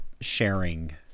sharing